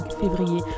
février